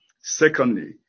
Secondly